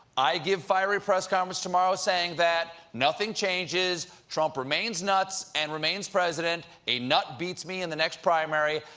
i give fiery press conference tomorrow saying that. nothing changes. trump remains nuts and remains president, a nut beats me in the next primary.